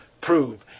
prove